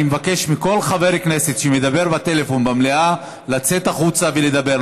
אני מבקש מכל חבר כנסת שמדבר בטלפון במליאה לצאת החוצה ולדבר.